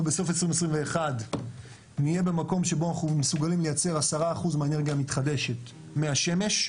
בסוף 2021 נהיה במקום שבו אנחנו מסוגלים לייצר 10% אנרגיה מתחדשת מהשמש,